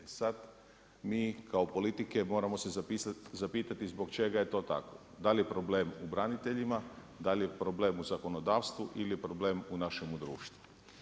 E sada mi kao politike moramo se zapitati zbog čega je to tako, da li je problem u braniteljima da li je problem u zakonodavstvu ili je problem u našemu društvu.